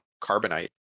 carbonite